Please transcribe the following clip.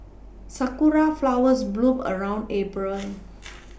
sakura flowers bloom around April